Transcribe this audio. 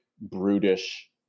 brutish